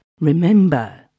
remember